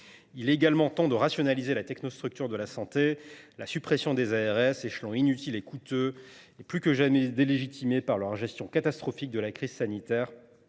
Il est également temps de rationaliser la technostructure de la santé. La suppression des ARS, échelons inutiles, coûteux et plus que jamais délégitimés par leur gestion catastrophique de la crise sanitaire,